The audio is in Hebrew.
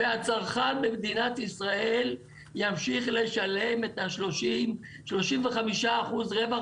והצרכן במדינת ישראל ימשיך לשלם את ה-35% רווח